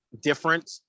different